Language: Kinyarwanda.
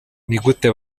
nigute